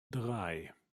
drei